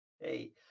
Hey